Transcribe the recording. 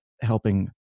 helping